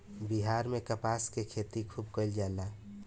बिहार में कपास के खेती खुब कइल जाला